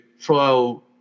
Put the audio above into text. trial –